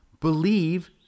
believe